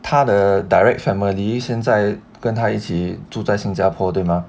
他的 direct family 先再跟他一起住在新加坡对吗